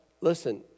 listen